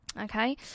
okay